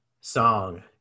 song